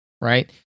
right